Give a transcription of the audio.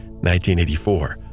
1984